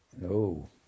No